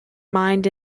mined